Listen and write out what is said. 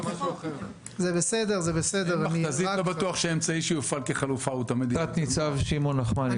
לא בטוח שהאמצעי שיופעל כחלופה הוא תמיד --- תת-ניצב שמעון נחמני,